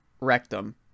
rectum